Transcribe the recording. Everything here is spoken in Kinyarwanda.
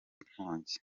inkongi